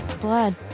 Blood